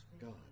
God